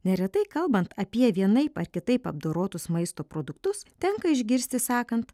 neretai kalbant apie vienaip ar kitaip apdorotus maisto produktus tenka išgirsti sakant